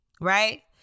Right